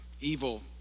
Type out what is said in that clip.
evil